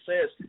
says